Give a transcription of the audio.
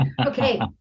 Okay